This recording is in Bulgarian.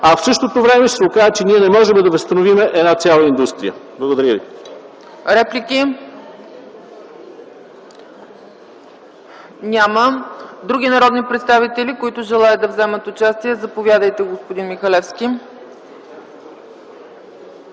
а в същото време ще се окаже, че ние не можем да възстановим една цяла индустрия. Благодаря ви. ПРЕДСЕДАТЕЛ ЦЕЦКА ЦАЧЕВА: Реплики? Няма. Други народни представители, които желаят да вземат участие? Заповядайте, господин Михалевски.